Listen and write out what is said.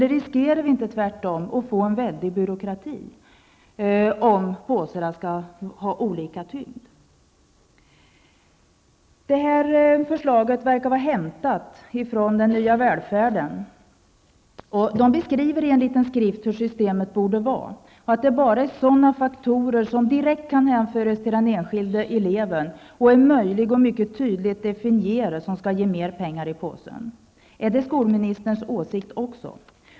Riskerar vi inte tvärtom att få en väldig byråkrati, om påsarna skall vara av olika typ? Det här förslaget verkar vara hämtat från ''Den nya välfärden'', som i en liten skrift beskriver hur systemet borde vara; det är bara sådana faktorer som direkt kan hänföras till den enskilde eleven, och är möjliga att mycket tydligt definiera, som skall ge mer pengar i påsen. Är det också skolministerns åsikt?